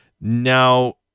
Now